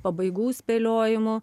pabaigų spėliojimu